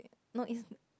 no it's